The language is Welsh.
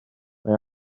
mae